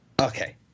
Okay